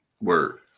Word